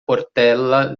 portella